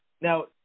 Now